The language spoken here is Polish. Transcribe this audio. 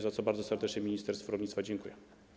Za to bardzo serdecznie ministerstwu rolnictwa dziękuję.